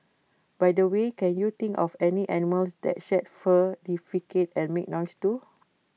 by the way can you think of any animals that shed fur defecate and make noise too